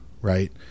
right